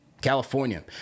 California